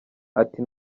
ati